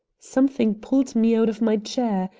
something pulled me out of my chair.